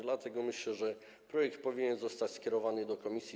Dlatego myślę, że projekt powinien zostać skierowany do komisji.